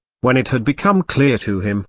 when it had become clear to him,